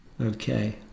Okay